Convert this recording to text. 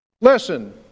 Listen